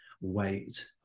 weight